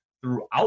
throughout